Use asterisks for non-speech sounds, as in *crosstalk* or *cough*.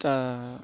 *unintelligible*